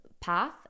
path